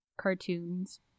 cartoons